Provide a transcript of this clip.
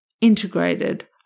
integrated